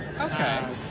Okay